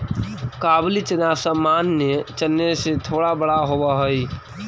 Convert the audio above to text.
काबुली चना सामान्य चने से थोड़ा बड़ा होवअ हई